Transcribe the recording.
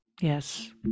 Yes